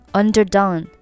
underdone